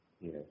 Yes